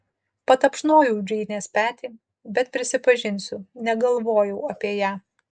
patapšnojau džeinės petį bet prisipažinsiu negalvojau apie ją